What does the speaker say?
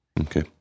Okay